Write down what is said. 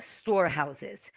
Storehouses